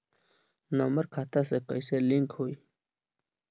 Number खाता से कईसे लिंक होई?